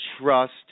trust